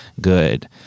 Good